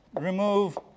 remove